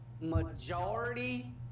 majority